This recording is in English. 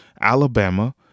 Alabama